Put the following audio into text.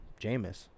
Jameis